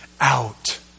out